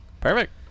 perfect